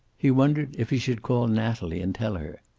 he wondered if he should call natalie and tell her.